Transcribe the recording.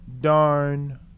darn